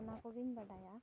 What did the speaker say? ᱚᱱᱟ ᱠᱚᱜᱤᱧ ᱵᱟᱰᱟᱭᱟ